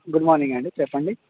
good morning అండి చెప్పండి